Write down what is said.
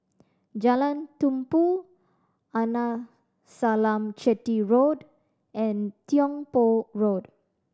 Jalan Tumpu Arnasalam Chetty Road and Tiong Poh Road